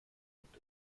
und